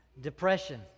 depression